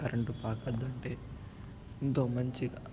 current పాకదంటే ఎంతో మంచిగా